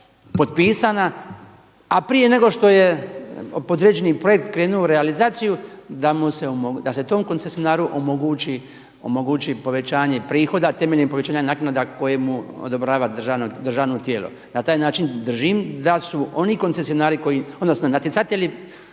a prije nego što je podređeni projekt krenuo u realizaciju da se tom koncesionaru omogući povećanje prihoda, temeljem povećanja naknada koje mu odobrava državno tijelo. Na taj način držim da su oni koncesionari odnosno natjecatelji